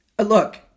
Look